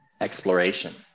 exploration